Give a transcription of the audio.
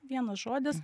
vienas žodis